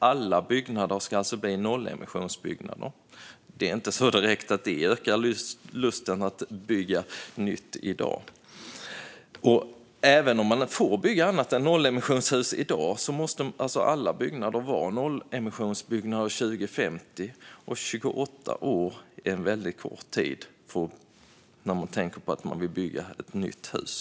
Alla byggnader ska alltså bli nollemissionsbyggnader. Det är inte direkt så att det ökar lusten att bygga nytt i dag. Även om man får bygga annat än nollemissionshus i dag måste alla byggnader vara nollemissionsbyggnader 2050. 28 år är en väldigt kort tid när det handlar om att bygga ett nytt hus.